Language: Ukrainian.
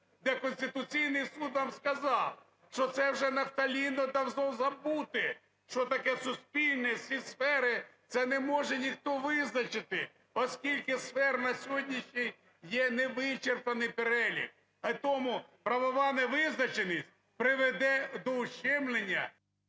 де Конституційний Суд вам сказав, що це вже нафталін, це давно забуте, що таке "суспільні всі сфери". Це не може ніхто визначити, оскільки сфер на сьогоднішній є невичерпний перелік. І тому правова невизначеність приведе до ущемлення…